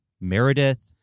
Meredith